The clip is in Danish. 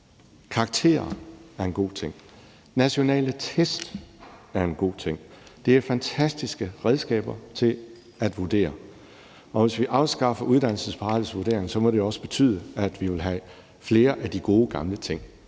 karakterer er en god ting, og at nationale test er en god ting. Det er fantastiske redskaber til at foretage vurderinger. Og hvis vi afskaffer uddannelsesparathedsvurderingen, må det også betyde, at vi må have flere af de gode, gamle ting